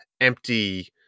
empty